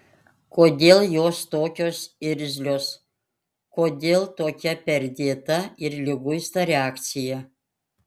kodėl jos tokios irzlios kodėl tokia perdėta ir liguista reakcija